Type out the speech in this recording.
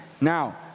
Now